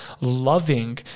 loving